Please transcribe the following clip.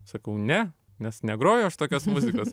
sakau ne nes negroju aš tokios muzikos